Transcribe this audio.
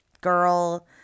girl